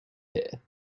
here